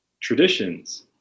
Traditions